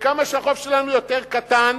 וכמה שהחוב שלנו יותר קטן,